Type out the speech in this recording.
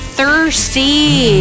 thirsty